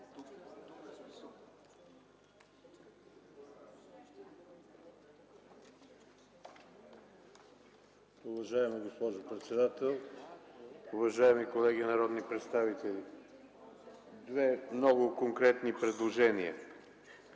Уважаема госпожо председател! Уважаеми колеги народни представители, имам две много конкретни предложения.